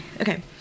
okay